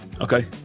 Okay